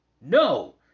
No